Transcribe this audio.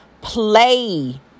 play